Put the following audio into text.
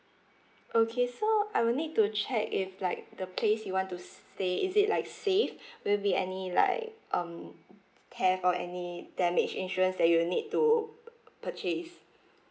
okay so I will need to check if like the place you want to stay is it like safe will be any like um care for any damage insurance that you need to purchase